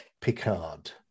picard